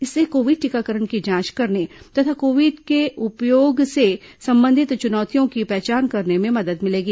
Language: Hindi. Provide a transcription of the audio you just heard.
इससे कोविड टीकाकरण की जांच करने तथा कोविन के उपयोग से संबंधित चुनौतियों की पहचान करने में मदद मिलेगी